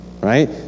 right